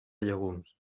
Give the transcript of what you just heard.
llegums